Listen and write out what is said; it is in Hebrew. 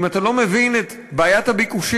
אם אתה לא מבין את בעיית הביקושים,